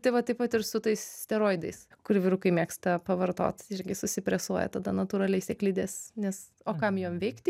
tai va taip vat ir su tais steroidais kur vyrukai mėgsta pavartot irgi susipresuoja tada natūraliai sėklidės nes o kam jom veikti